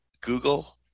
Google